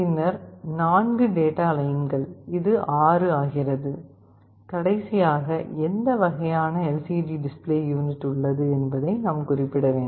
பின்னர் 4 டேட்டா லைன்கள் இது 6 ஆகிறது கடைசியாக எந்த வகையான LCD டிஸ்ப்ளே யூனிட் உள்ளது என்பதை நாம் குறிப்பிட வேண்டும்